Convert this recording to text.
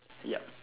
ya